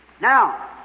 Now